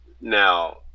Now